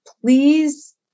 please